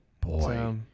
Boy